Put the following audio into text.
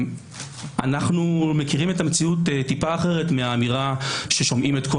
אנחנו מכירים את המציאות טיפה אחרת מהאמירה ששומעים את כל